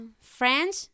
French